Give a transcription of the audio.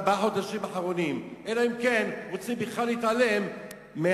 אני חושב שבעוד ארבעה חודשים נעמוד פה שוב,